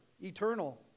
eternal